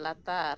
ᱞᱟᱛᱟᱨ